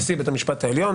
נשיא בית המשפט העליון,